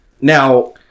Now